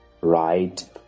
right